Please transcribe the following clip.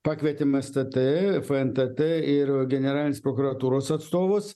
pakvietėm sst fntt ir generalinės prokuratūros atstovus